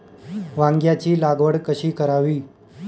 वांग्यांची लागवड कशी करावी?